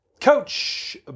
coach